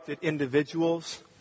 individuals